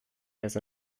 has